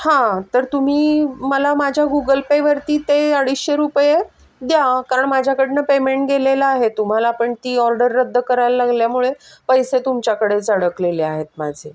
हां तर तुम्ही मला माझ्या गुगल पेवरती ते अडीचशे रुपये द्या कारण माझ्याकडनं पेमेंट गेलेलं आहे तुम्हाला पण ती ऑर्डर रद्द करायला लागल्यामुळे पैसे तुमच्याकडेच अडकलेले आहेत माझे